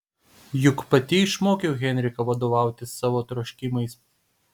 juk pati išmokiau henriką vadovautis savo troškimais